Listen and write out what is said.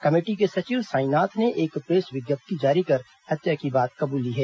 committee के सचिव साईनाथ ने एक प्रेस विज्ञप्ति जारी कर हत्या की बात कबूली है